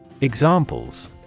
Examples